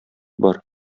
бар